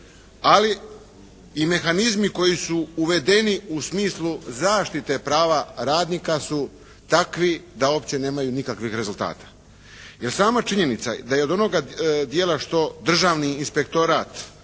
ali i mehanizmi koji su uvedeni u smislu zaštite prava radnika da su takvi da uopće nemaju nikakvih rezultata. Jer sama činjenica da je od onoga dijela što Državni inspektorat